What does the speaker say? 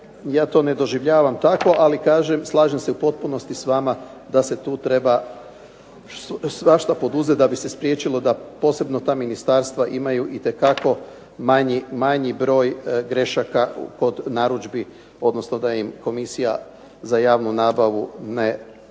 ja to ne doživljavam tako, ali kažem slažem se u potpunosti s vama da se tu treba svašta poduzeti da bi se spriječilo da posebno ta ministarstva imaju itekako manji broj grešaka kod narudžbi, odnosno da im Komisija za javnu nabavu odbija